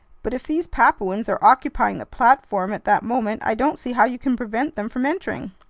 but if these papuans are occupying the platform at that moment, i don't see how you can prevent them from entering.